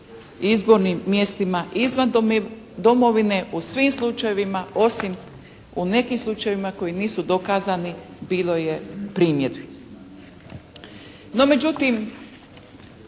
izbornim mjestima izvan domovine u svim slučajevima osim u nekim slučajevima koji nisu dokazani bilo je primjedbi.